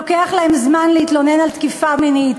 לוקח להן זמן להתלונן על תקיפה מינית.